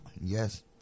Yes